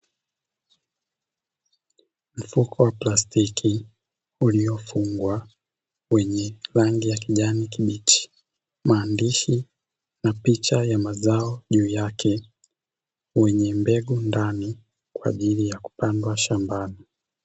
Mfuko wa plastiki uliofungwa wenye rangi ya kijani kibichi, maandishi na picha ya mazao juu yake wenye mbegu ndani kwa ajili ya kupandwa shambani.